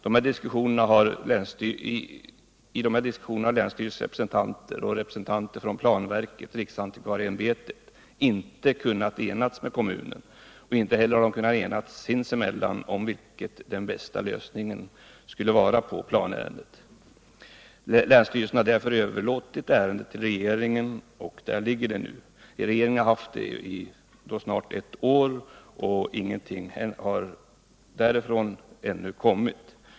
Vid dessa diskussioner har länsstyrelsens representanter och representanter för planverket och riksantikvarieämbetet inte kunnat enas med kommunen, och de har inte heller kunnat enas sinsemellan om vilken den bästa lösningen av planärendet skulle vara. Länsstyrelsen har därför överlåtit ärendet på regeringen, och där ligger det nu. Regeringen har haft ärendet i snart ett år, och ingenting har ännu hörts.